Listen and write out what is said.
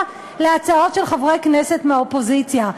ביחס להצעות של חברי כנסת מהאופוזיציה.